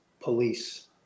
police